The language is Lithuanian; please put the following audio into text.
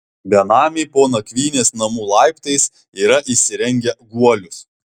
benamiai po nakvynės namų laiptais yra įsirengę guolius